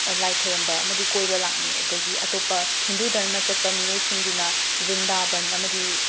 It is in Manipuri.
ꯂꯥꯏ ꯈꯣꯏꯔꯝꯕ ꯑꯃꯗꯤ ꯀꯣꯏꯕ ꯂꯥꯛꯅꯩ ꯑꯗꯒꯤ ꯑꯇꯣꯞꯄ ꯍꯤꯟꯗꯨ ꯙꯔꯃ ꯆꯠꯄ ꯃꯤꯑꯣꯏꯁꯤꯡꯒꯤꯅ ꯕ꯭ꯔꯤꯟꯗꯥꯕꯟ ꯑꯃꯗꯤ